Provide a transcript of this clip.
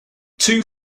two